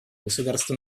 государства